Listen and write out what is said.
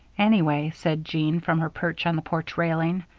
anyway, said jean, from her perch on the porch railing,